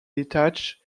detached